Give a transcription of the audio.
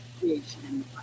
creation